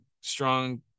strong